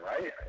right